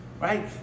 Right